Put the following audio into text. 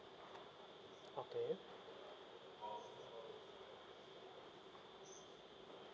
okay